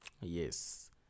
yes